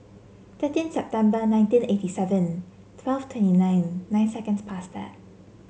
thirteen September nineteen eighty seven twelve twenty nine nine seconds past